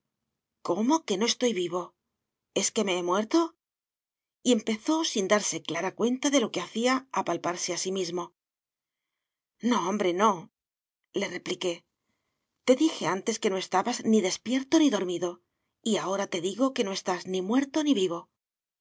cómo que no estoy vivo es que me he muerto y empezó sin darse clara cuenta de lo que hacía a palparse a sí mismo no hombre no le repliqué te dije antes que no estabas ni despierto ni dormido y ahora te digo que no estás ni muerto ni vivo